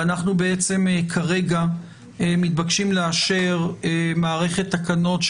ואנחנו כרגע מתבקשים לאשר מערכת תקנות,